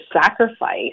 sacrifice